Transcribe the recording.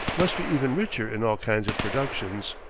must be even richer in all kinds of productions.